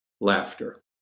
Laughter